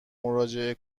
مراجعه